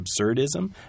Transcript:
absurdism